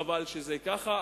וחבל שזה ככה,